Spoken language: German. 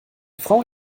frau